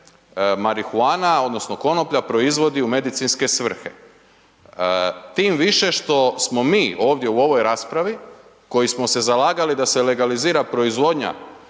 marihuana odnosno konoplja proizvodi u medicinske svrhe, tim više što smo mi ovdje u ovoj raspravi koji smo se zalagali da se legalizira proizvodnja